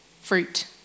fruit